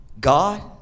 God